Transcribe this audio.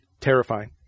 terrifying